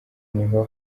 niho